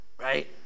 Right